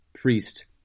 priest